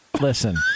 listen